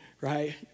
right